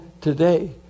Today